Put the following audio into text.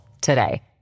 today